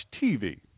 TV